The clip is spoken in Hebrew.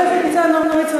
חבר הכנסת ניצן הורוביץ,